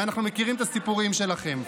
ואנחנו מכירים את הסיפורים שלכם.